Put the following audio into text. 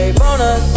bonus